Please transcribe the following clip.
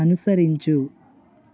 అనుసరించు